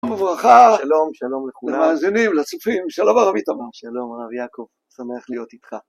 שלום וברכה. שלום. שלום לכולם. למאזינים, לצופים, שלום הרב איתמר. שלום הרב יעקב, שמח להיות איתך.